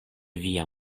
via